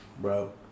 Bro